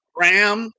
ram